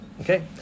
Okay